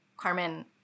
Carmen